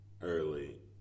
early